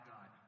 God